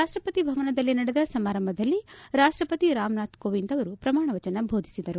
ರಾಷ್ಷಪತಿ ಭವನದಲ್ಲಿ ನಡೆದ ಸಮಾರಂಭದಲ್ಲಿ ರಾಷ್ಷಪತಿ ರಾಮನಾಥ್ ಕೋವಿಂದ್ ಅವರು ಪ್ರಮಾಣ ವಚನ ದೋಧಿಸಿದರು